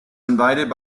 invited